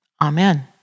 amen